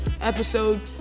episode